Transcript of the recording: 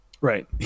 Right